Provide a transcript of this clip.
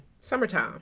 Summertime